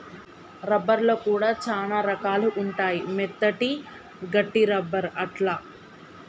rubber లో కూడా చానా రకాలు ఉంటాయి మెత్తటి, గట్టి రబ్బర్ అట్లా